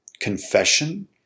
Confession